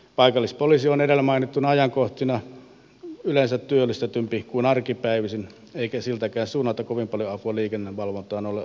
paikallispoliisi on edellä mainittuina ajankohtina yleensä työllistetympi kuin arkipäivisin eikä siltäkään suunnalta kovin paljon apua liikennevalvontaan ole odotettavissa